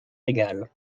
régal